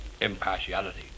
impartiality